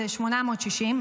זה 860,